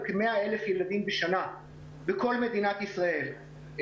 כ-100,000 ילדים בשנה בכל מדינת ישראל.